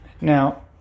Now